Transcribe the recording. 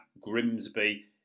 Grimsby